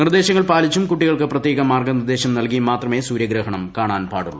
നിർദ്ദേശങ്ങൾ പാലിച്ചും കുട്ടികൾക്ക് പ്രത്യേകം മാർഗ്ഗനിർദ്ദേശം നൽകിയും മാത്രമേ സൂര്യഗ്രഹണം കാണാൻ പാടുള്ളു